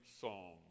psalm